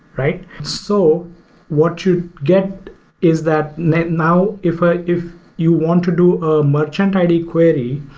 right? so what you'd get is that now now if ah if you want to do a merchant id query,